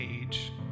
age